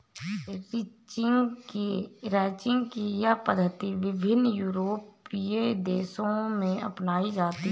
ranching की यह पद्धति विभिन्न यूरोपीय देशों में अपनाई जाती है